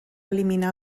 eliminar